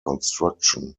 construction